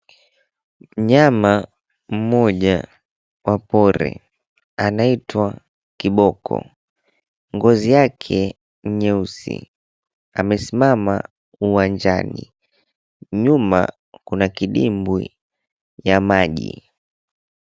Mnyama mmoja wa pori, anaitwa kiboko. Ngozi yake ni nyeusi, amesimama uwanjani. Nyuma kuna kdimbwi ya maji.